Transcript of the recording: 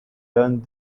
done